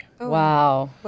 Wow